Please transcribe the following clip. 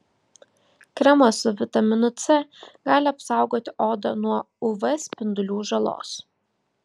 kremas su vitaminu c gali apsaugoti odą nuo uv spindulių žalos